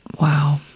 wow